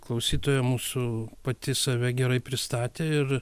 klausytoja mūsų pati save gerai pristatė ir